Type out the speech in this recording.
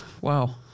Wow